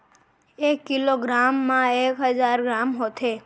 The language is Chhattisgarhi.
एक किलो ग्राम मा एक हजार ग्राम होथे